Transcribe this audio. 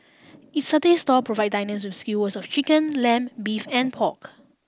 its satay stall provide diners with skewer of chicken lamb beef and pork